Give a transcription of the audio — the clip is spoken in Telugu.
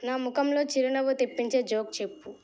నా ముఖంలో చిరునవ్వు తెప్పించే జోక్ చెప్పు